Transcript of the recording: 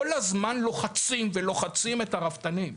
כל הזמן לוחצים ולוחצים את הרפתנים,